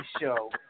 show